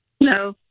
No